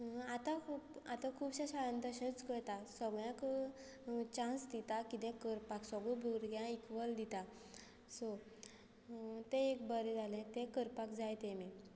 आतां खूब आतां खुबशे शाळांत तशेंच करता सगळ्यांक चान्स दिता कितें करपाक सगळ्या भुरग्यांक इक्वल दिता सो तें एक बरें जालें तें करपाक जाय तांणी